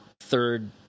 third